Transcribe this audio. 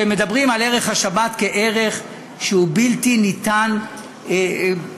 שמדברים על ערך השבת כעל ערך שהוא בלתי ניתן לביטול.